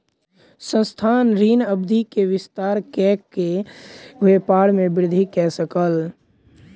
संस्थान, ऋण अवधि के विस्तार कय के व्यापार में वृद्धि कय सकल